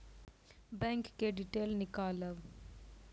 Bank से detail नीकालव?